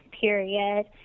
period